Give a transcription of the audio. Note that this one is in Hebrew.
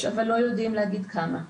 יש, אבל לא יודעים להגיד כמה.